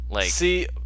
See